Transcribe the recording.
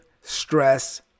stress